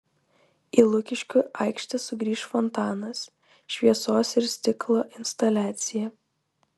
į lukiškių aikštę sugrįš fontanas šviesos ir stiklo instaliacija